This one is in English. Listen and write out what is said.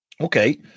Okay